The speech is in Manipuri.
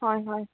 ꯍꯣꯏ ꯍꯣꯏ